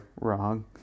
wrong